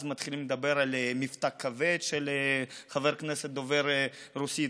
אז מתחילים לדבר על מבטא כבד של חבר כנסת דובר רוסית,